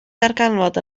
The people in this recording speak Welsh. ddarganfod